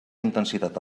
intensitat